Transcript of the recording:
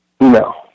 no